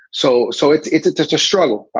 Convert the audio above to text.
so so it's it's it's just a struggle.